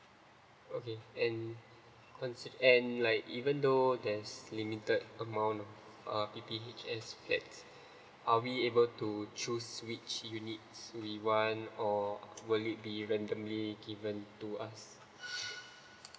okay and consid~ and like even though there's limited amount uh P_P_H_S flat are we able to choose which units we want or will it randomly given to us